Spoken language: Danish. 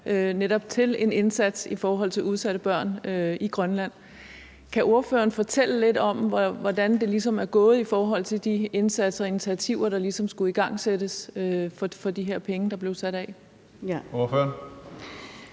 netop en indsats i forhold til udsatte børn i Grønland. Kan ordføreren fortælle lidt om, hvordan det er gået i forhold til de indsatser og initiativer, der skulle igangsættes for de penge, der blev sat af? Kl. 22:37